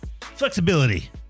flexibility